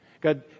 God